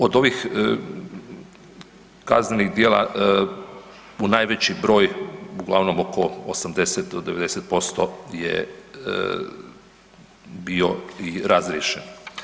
Od ovih kaznenih djela u najveći broj uglavnom, oko 80 do 90% je bio i razriješen.